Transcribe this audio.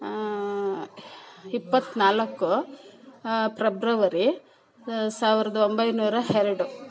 ಇಪ್ಪತ್ತ್ನಾಲ್ಕು ಪ್ರೆಬ್ರವರಿ ಸಾವಿರದ ಒಂಬೈನೂರ ಎರಡು